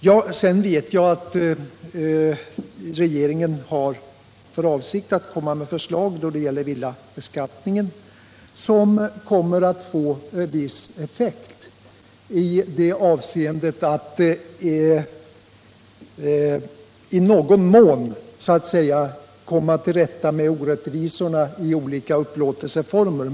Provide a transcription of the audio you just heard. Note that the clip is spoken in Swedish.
Jag vet att regeringen har för avsikt att lägga fram förslag beträffande villabeskattningen som kommer att få viss effekt då det gäller att komma till rätta med orättvisorna i olika upplåtelseformer.